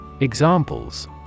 Examples